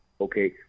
okay